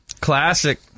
Classic